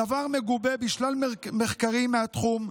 הדבר מגובה בשלל מחקרים מהתחום,